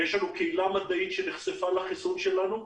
יש לנו קהילה מדעית שנחשפה לחיסון שלנו.